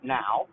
now